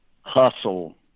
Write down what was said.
hustle